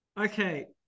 Okay